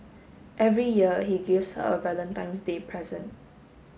every year he gives her a Valentine's Day present